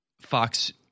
Fox